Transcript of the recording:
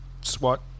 swat